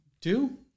Two